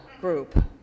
group